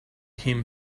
him